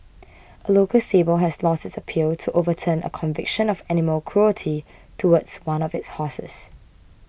a local stable has lost its appeal to overturn a conviction of animal cruelty towards one of its horses